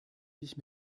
mich